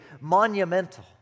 monumental